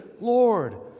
Lord